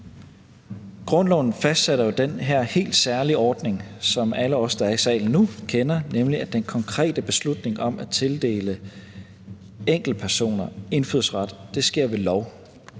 Grundloven fastsætter jo den her helt særlige ordning, som alle os, der er i salen nu, kender, nemlig at den konkrete beslutning om at tildele enkeltpersoner indfødsret sker ved lov